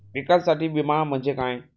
पिकांसाठीचा विमा म्हणजे काय?